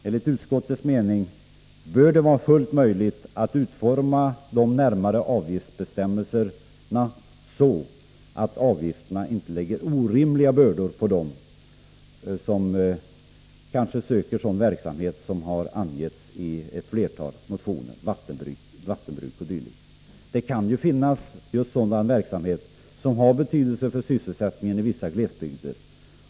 Enligt utskottets mening bör det vara fullt möjligt att utforma de närmare avgiftsbestämmelserna så, att avgifterna inte lägger orimliga bördor på de sökande och därigenom förhindrar uppkomsten av sådan verksamhet som vattenbruk o. d., som har tagits upp i ett antal motioner. Det kan ju finnas sådan verksamhet som har betydelse för sysselsättningen i vissa glesbygder.